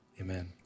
Amen